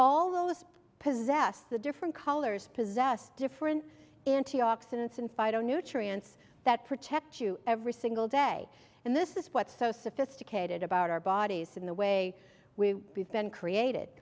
all those possessed the different colors possess different antioxidants and fido nutrients that protect you every single day and this is what's so sophisticated about our bodies in the way we have been created